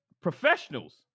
professionals